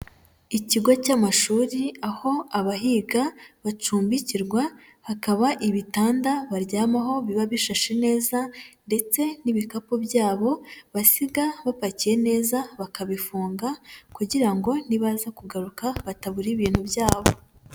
Ikigo cy'amashuri aho abahiga bacumbikirwa, hakaba ibitanda baryamaho biba bishashe neza, ndetse n'ibikapu byabo, basiga bapakiye neza bakabifunga, kugira ngo nibaza kugaruka batabura ibintu byabo.